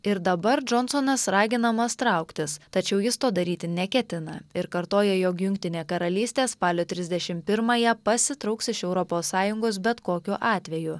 ir dabar džonsonas raginamas trauktis tačiau jis to daryti neketina ir kartoja jog jungtinė karalystė spalio trisdešim pirmąją pasitrauks iš europos sąjungos bet kokiu atveju